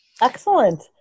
excellent